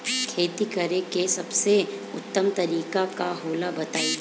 खेती करे के सबसे उत्तम तरीका का होला बताई?